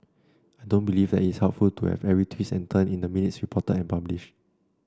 I don't believe that it is helpful to have every twist and turn in the minutes reported and publish